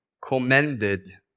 Commended